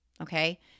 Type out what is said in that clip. okay